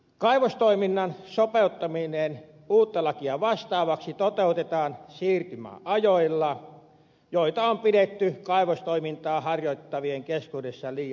kaivostoiminnan sopeuttaminen uutta lakia vastaavaksi toteutetaan siirtymäajoilla joita on pidetty kaivostoimintaa harjoittavien keskuudessa liian lyhyinä